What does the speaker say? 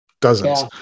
dozens